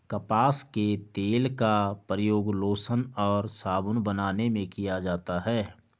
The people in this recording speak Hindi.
कपास के तेल का प्रयोग लोशन और साबुन बनाने में किया जाता है